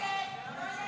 העברת